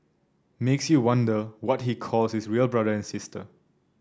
makes you wonder what he calls his real brother and sister